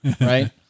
Right